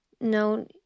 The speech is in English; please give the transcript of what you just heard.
no